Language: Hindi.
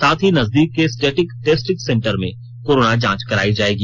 साथ ही नजदीक के स्टेटिक टेस्टिंग सेंटर में कोरोना जांच कराई जाएगी